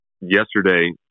yesterday